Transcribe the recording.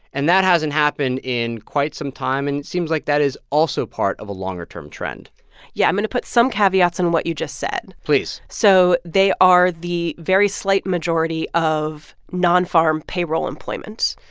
and that hasn't happened in quite some time. and it seems like that is also part of a longer-term trend yeah. i'm going to put some caveats on what you just said please so they are the very slight majority of non-farm payroll employment,